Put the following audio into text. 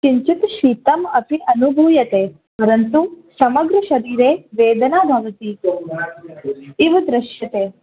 किञ्चित् शीतम् अपि अनुभूयते परन्तु समग्रशरीरे वेदना भवति इव दृश्यते